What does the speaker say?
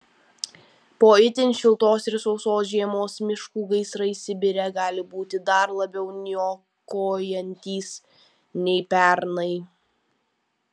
po itin šiltos ir sausos žiemos miškų gaisrai sibire gali būti dar labiau niokojantys nei pernai